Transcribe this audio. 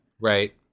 Right